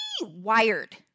wired